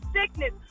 sickness